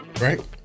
Right